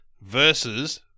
versus